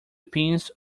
pins